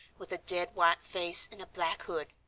with a dead-white face and a black hood.